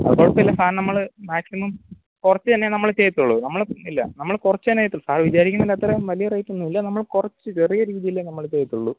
അത് കുഴപ്പമില്ല സാറിന് നമ്മള് മാക്സിമം കുറച്ച് തന്നെ നമ്മള് ചെയ്യത്തുള്ളൂ നമ്മള് ഇല്ല നമ്മള് കുറച്ച് തന്നെ ചെയ്യത്തുള്ളൂ സാറ് വിചാരിക്കുന്നതിൻ്റെ അത്രയും വലിയ റേയ്റ്റൊന്നുവില്ല നമ്മള് കുറച്ച് ചെറിയ രീതിയിലെ നമ്മള് ചെയ്യത്തുള്ളൂ